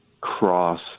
cross